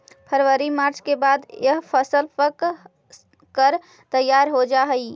फरवरी मार्च के बाद यह फसल पक कर तैयार हो जा हई